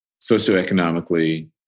socioeconomically